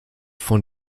von